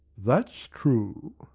that's true.